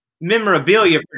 memorabilia